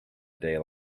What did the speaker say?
day